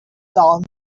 down